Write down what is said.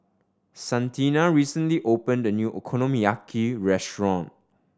Santina recently opened a new Okonomiyaki restaurant